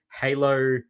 Halo